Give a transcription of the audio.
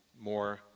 more